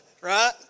right